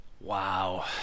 Wow